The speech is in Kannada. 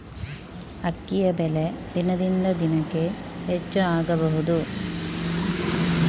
ಅಕ್ಕಿಯ ಬೆಲೆ ದಿನದಿಂದ ದಿನಕೆ ಹೆಚ್ಚು ಆಗಬಹುದು?